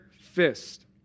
fist